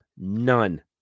none